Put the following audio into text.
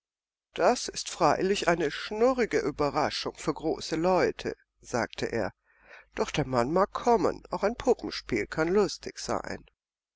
das ist freilich eine schnurrige überraschung für große leute sagte er doch der mann mag kommen auch ein puppenspiel kann lustig sein